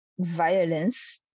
Violence